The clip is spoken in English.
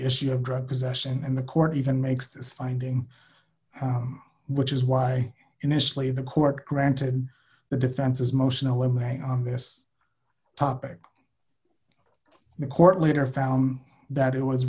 issue of drug possession and the court even makes this finding which is why initially the court granted the defense's motion in limine on this topic the court later found that it was